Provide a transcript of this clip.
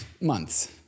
months